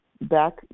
back